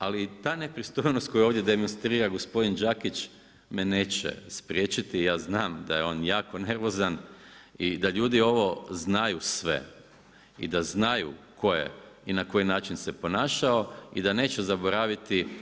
Ali i ta nepristojnost koju ovdje demonstrira gospodin Đakić me neće spriječiti i ja znam da je on jako nervozan i da ljudi ovo znaju sve i da znaju tko je i na koji način se ponašao i da neće zaboraviti.